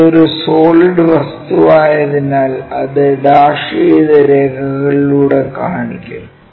ഇത് ഒരു സോളിഡ് വസ്തുവായതിനാൽ അത് ഡാഷ് ചെയ്ത രേഖകളിലൂടെ കാണിക്കും